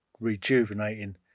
rejuvenating